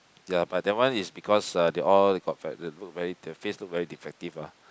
ya but that one is because they all they got the face look very defective ah